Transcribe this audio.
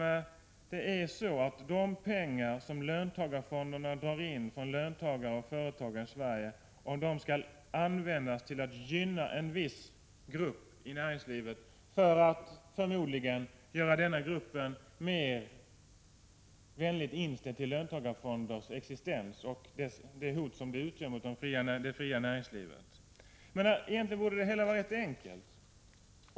Frågan gäller om de pengar som löntagarfonderna drar in från löntagare och företagare i Sverige skall användas till att gynna en viss grupp i näringslivet för att förmodligen göra denna grupp mer vänligt inställd till löntagarfondernas existens och det hot som de utgör mot det fria näringslivet. Det hela borde vara rätt enkelt.